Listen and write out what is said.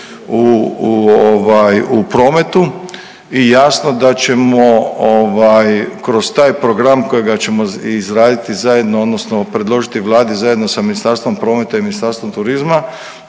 u prometu i jasno da ćemo ovaj kroz taj program kojega ćemo izraditi zajedno odnosno predložiti Vladi zajedno sa Ministarstvom prometa i Ministarstvom turizma